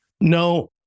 No